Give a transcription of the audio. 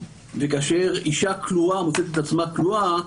וכאשר אישה כלואה מוצאת את עצמה כלואה,